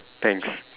thanks